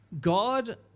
God